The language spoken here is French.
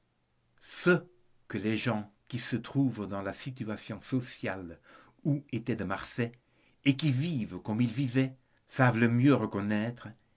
ce que les gens qui se trouvent dans la situation sociale où était de marsay et qui vivent comme il vivait savent le mieux reconnaître